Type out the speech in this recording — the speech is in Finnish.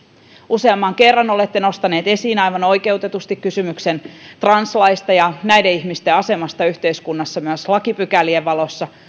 useamman kerran olette nostanut esiin aivan oikeutetusti kysymyksen translaista ja näiden ihmisten asemasta yhteiskunnassa myös lakipykälien valossa